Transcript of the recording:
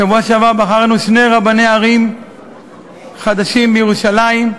בשבוע שעבר בחרנו שני רבני עיר חדשים בירושלים,